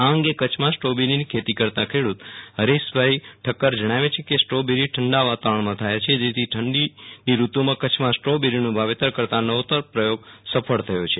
આ અંગે કચ્છમાં સ્ટ્રોબેરીની ખેતી કરતાં ખેડૂત હરીશ ભાઈ ઠક્કર જણાવે છે કે સ્ટ્રોબેરી ઠંડા વાતાવરણમાં થાય છે જેથી ઠંડીની ઋતુ માં કચ્છમાં સ્ટ્રોબેરીનું વાવેતર કરતાં આ નવતર પ્રથોગ સફળ થયો છે